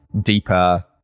deeper